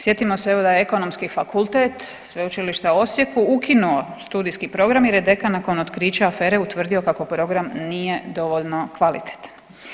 Sjetimo se evo da je Ekonomski fakultet Sveučilišta u Osijeku ukinuo studijski program, jer je dekan nakon otkrića afere utvrdio kako program nije dovoljno kvalitetan.